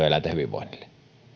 eläinten hyvinvoinnille